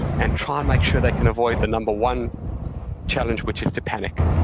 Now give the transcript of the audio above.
and try and make sure they can avoid the number one challenge, which is to panic,